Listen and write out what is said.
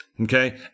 okay